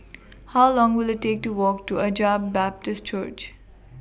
How Long Will IT Take to Walk to Agape Baptist Church